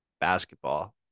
basketball